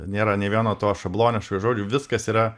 nėra nei vieno to šabloniško žodžiu viskas yra